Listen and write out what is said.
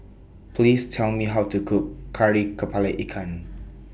Please Tell Me How to Cook Kari Kepala Ikan